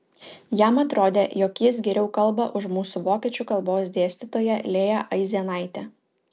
jam atrodė jog jis geriau kalba už mūsų vokiečių kalbos dėstytoją lėją aizenaitę